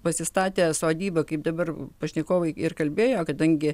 pasistatė sodybą kaip dabar pašnekovai ir kalbėjo kadangi